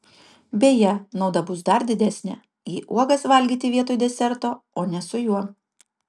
beje nauda bus dar didesnė jei uogas valgyti vietoj deserto o ne su juo